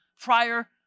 prior